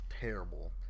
Terrible